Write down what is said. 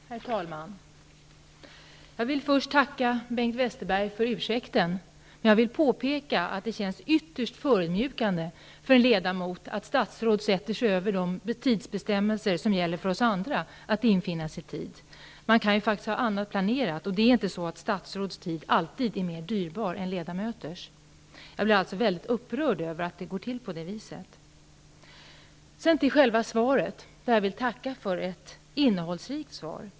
Herr talman! Jag vill först tacka Bengt Westerberg för ursäkten, men jag vill påpeka att det känns ytterst förödmjukande för en ledamot när ett statsråd sätter sig över de bestämmelser om att infinna sig i tid som gäller för oss andra. Man kan faktiskt ha annat planerat. Ett statsråds tid är inte alltid mer dyrbar än ledamöternas. Jag blir alltså väldigt upprörd över att det går till på det här viset. Sedan över till svaret, som jag vill tacka för. Det var ett innehållsrikt svar.